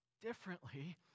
differently